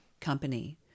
company